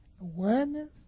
awareness